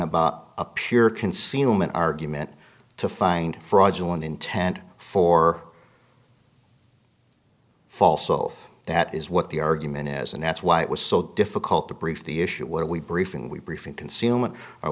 about a pure concealment argument to find fraudulent intent for false oath that is what the argument has and that's why it was so difficult to brief the issue what are we briefing we briefing consum